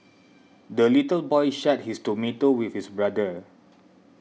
the little boy shared his tomato with his brother